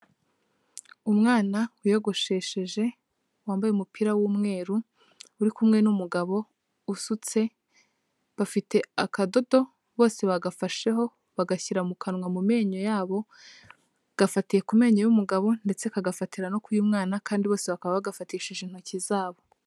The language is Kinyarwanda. Umwana wiyogoshesheje wambaye umupira w'umweru uri kumwe n'umugabo usutse, bafite akadodo bose bagafasheho bagashyira mu kanwa mu menyo yabo, gafatiye ku menyo y'umugabo ndetse kagafatira no ku uyu mwana, kandi bose bakaba bagafatishije intoki zabo.